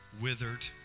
withered